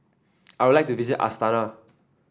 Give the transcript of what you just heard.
I would like to visit Astana